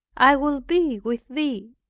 i will be with thee.